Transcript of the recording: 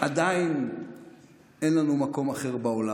עדיין אין לנו מקום אחר בעולם.